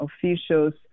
officials